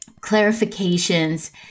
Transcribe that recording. clarifications